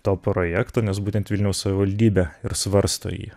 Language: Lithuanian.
to projekto nes būtent vilniaus savivaldybė ir svarsto jį